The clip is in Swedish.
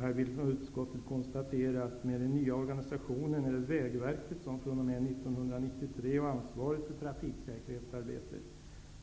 Här vill utskottet konstatera att det i och med den nya organisationen är Vägverket som fr.o.m. 1993 har ansvaret för trafiksäkerhetsarbetet.